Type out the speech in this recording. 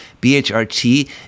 BHRT